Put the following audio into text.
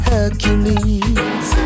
Hercules